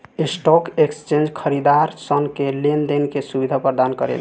stock exchange खरीदारसन के लेन देन के सुबिधा परदान करेला